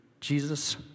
Jesus